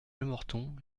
lemorton